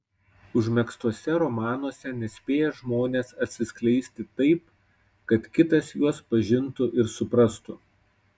užmegztuose romanuose nespėja žmonės atsiskleisti taip kad kitas juos pažintų ir suprastų